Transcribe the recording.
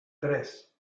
tres